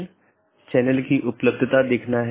यह चीजों की जोड़ता है